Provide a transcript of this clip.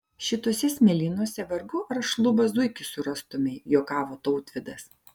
šituose smėlynuose vargu ar šlubą zuikį surastumei juokavo tautvydas